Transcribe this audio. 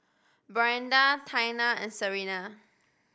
Brianda Taina and Serena